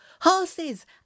horses